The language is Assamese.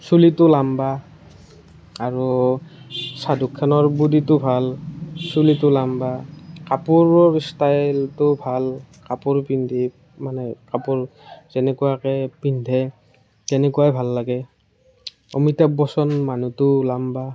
চুলিটো লাম্বা আৰু শ্বাহৰুখ খানৰ বডিটো ভাল চুলিটো লাম্বা কাপোৰৰ ষ্টাইলটো ভাল কাপোৰ পিন্ধি মানে কাপোৰ যেনেকুৱাকৈ পিন্ধে তেনেকুৱাই ভাল লাগে অমিতাভ বচ্চন মানুহটো লাম্বা